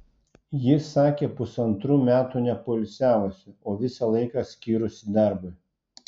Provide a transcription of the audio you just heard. ji sakė pusantrų metų nepoilsiavusi o visą laiką skyrusi darbui